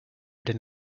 deny